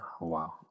Wow